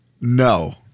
no